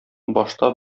башта